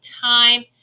time